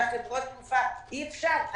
אי-אפשר.